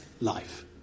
life